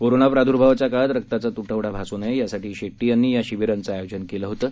corona प्रादुर्भावाच्या काळात रक्ताचा तुटवडा भासू नये यासाठी शेड्टी यांनी या शिबिरांचं आयोजन केलं होतं